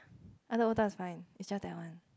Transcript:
other otah is fine it's just that one